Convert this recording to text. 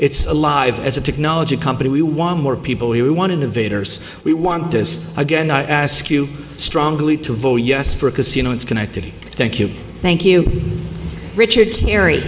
it's alive as a technology company we want more people who want and invaders we want this again i ask you strongly to vote yes for a casino in schenectady thank you thank you richard kerry